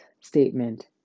statement